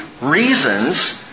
reasons